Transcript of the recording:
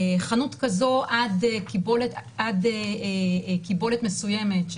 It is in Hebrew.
חנות כזו עד קיבולת מסוימת,